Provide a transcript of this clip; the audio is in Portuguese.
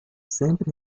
sempre